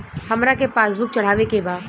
हमरा के पास बुक चढ़ावे के बा?